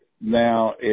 now